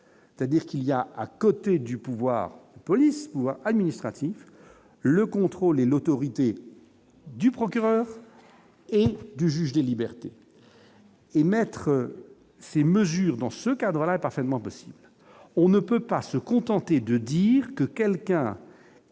c'est-à-dire qu'il y a à côté du pouvoir police voie administrative, le contrôle et l'autorité du procureur et du juge des libertés. Et mettre ces mesures dans ce cadre-là est parfaitement possible, on ne peut pas se contenter de dire que quelqu'un